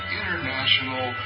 international